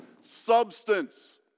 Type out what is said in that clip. substance